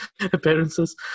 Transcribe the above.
appearances